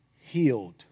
healed